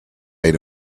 made